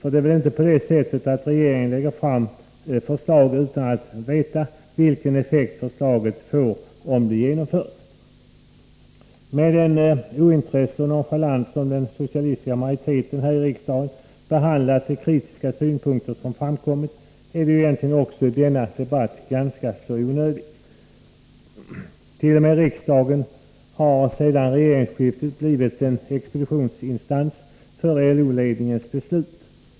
Regeringen lägger väl inte fram förslag utan att veta vilken effekt förslaget får om det genomförs. Med den nonchalans och det ointresse som den socialdemokratiska majoriteten här i riksdagen behandlat de kritiska synpunkter som framkommit är ju egentligen hela denna debatt ganska onödig. T. o. m. riksdagen har sedan regeringsskiftet blivit till en expeditionsinstans för LO-ledningens beslut.